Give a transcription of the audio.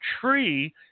tree